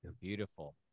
Beautiful